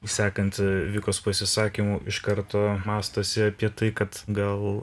sekant vikos pasisakymu iš karto mąstosi apie tai kad gal